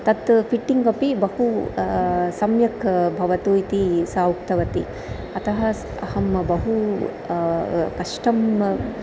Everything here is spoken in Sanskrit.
तत् फ़िट्टीङ्ग् अपि बहु सम्यक् भवतु इति सा उक्तवती अतः अहं बहु कष्टम्